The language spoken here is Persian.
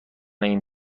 این